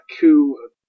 coup